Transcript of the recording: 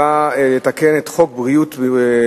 באה לתקן את חוק ביטוח בריאות ממלכתי,